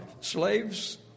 Slaves